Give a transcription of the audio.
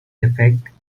effect